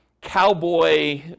cowboy